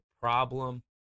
problem